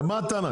מה הטענה?